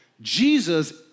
Jesus